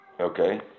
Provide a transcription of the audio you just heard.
Okay